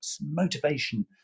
motivation